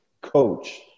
coach